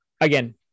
again